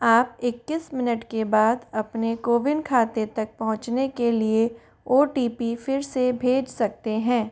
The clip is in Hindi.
आप इक्कीस मिनट के बाद अपने कोविन खाते तक पहुँचने के लिए ओ टी पी फ़िर से भेज सकते हैं